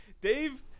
Dave